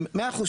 מאה אחוז,